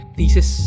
thesis